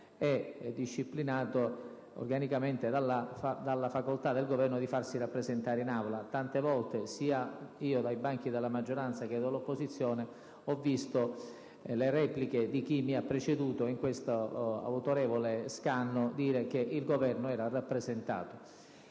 è disciplinato organicamente dalla facoltà del Governo di farsi rappresentare in Aula. Tante volte, dai banchi sia della maggioranza che dell'opposizione, ho visto chi mi ha preceduto su questo autorevole scanno replicare che il Governo era rappresentato.